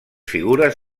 figures